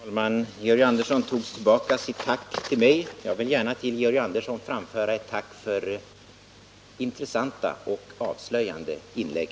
Herr talman! Georg Andersson tog tillbaka sitt tack till mig. Jag vill gärna till Georg Andersson framföra ett tack för intressanta och avslöjande inlägg.